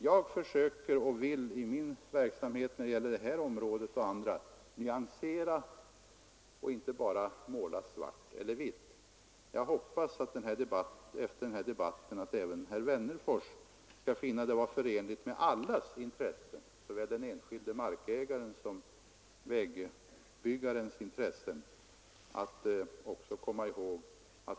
Jag försöker i min verksamhet nyansera och inte bara måla i svart eller vitt. Jag hoppas att även herr Wennerfors efter den här debatten skall finna kompromisser förenliga med allas, såväl den enskilde markägarens som vägbyggarens, intresse.